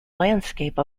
landscape